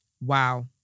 Wow